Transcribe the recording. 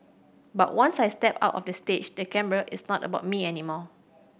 but once I step out of the stage the camera it's not about me anymore